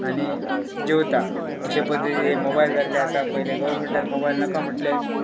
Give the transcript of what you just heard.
आनी जेवता अशे पद्दती हे मोबायल जाल्ले आसा पयले गोवोरमेंटान मोबायल नाका म्हटले